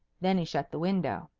then he shut the window.